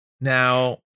Now